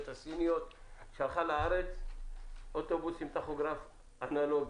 הסינית שלחה לארץ אוטובוס עם טכוגרף אנלוגי.